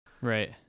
Right